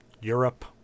Europe